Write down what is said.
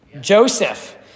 Joseph